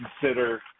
consider